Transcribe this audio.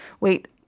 wait